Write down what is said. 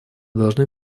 должны